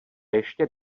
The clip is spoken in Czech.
ještě